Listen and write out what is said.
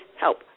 help